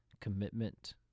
commitment